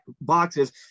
boxes